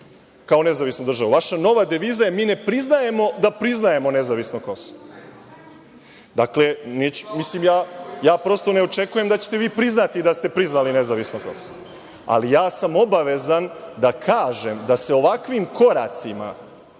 kao nezavisnu državu. Vaša nova deviza je – mi ne priznajemo da priznajemo nezavisno Kosovo. Dakle, ja prosto ne očekujem da ćete vi priznati da ste priznali nezavisno Kosovo, ali ja sam obavezan da kažem da se ovakvim koracima